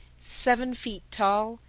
seven feet tall,